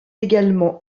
également